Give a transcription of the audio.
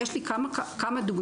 ויש לי כמה דוגמאות.